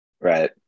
right